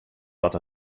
dat